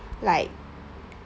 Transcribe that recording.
like